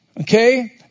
Okay